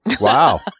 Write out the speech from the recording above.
Wow